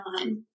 on